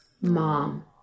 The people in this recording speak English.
Mom